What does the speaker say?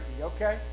okay